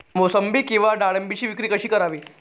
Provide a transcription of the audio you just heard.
मोसंबी किंवा डाळिंबाची विक्री कशी करावी?